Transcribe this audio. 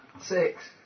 Six